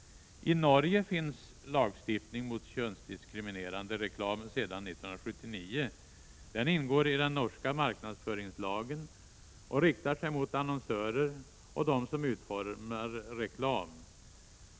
I Norge finns lagstiftning mot könsdiskriminerande reklam sedan 1979. Den ingår i den norska marknadsföringslagen och riktar sig mot annonsörer och dem som utformar reklam.